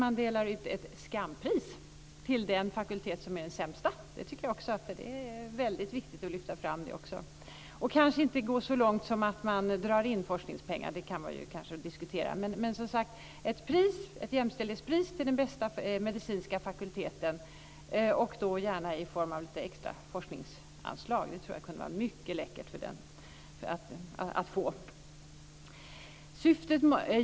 Men dela också ut ett skampris till den fakultet som är den sämsta. Jag tycker att det är väldigt viktigt att lyfta fram det också. Man kanske inte ska gå så långt som att dra in forskningspengar, det kan man diskutera. Men ett jämställdhetspris till den bästa medicinska fakulteten, gärna i form av extra forskningsanslag, det tror jag kunde vara mycket läckert att få.